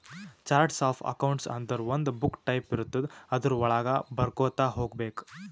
charts of accounts ಅಂದುರ್ ಒಂದು book type ಇರ್ತುದ್ ಅದುರ್ ವಳಾಗ ಬರ್ಕೊತಾ ಹೋಗ್ಬೇಕ್